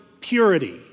purity